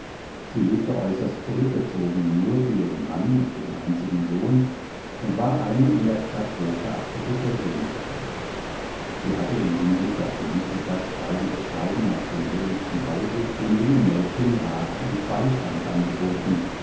sie lebte äußerst zurückgezogen nur für ihren mann und den einzigen sohn und war eine in der stadt hochgeachtete persönlichkeit sie hatte im hinblick auf felicitas baldiges scheiden aus dem hellwigschen hause dem jungen mädchen rat und beistand angeboten